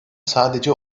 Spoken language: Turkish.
sadece